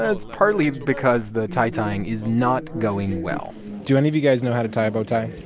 ah it's partly because the tie-tying is not going well do any of you guys know how to tie a bow tie?